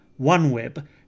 OneWeb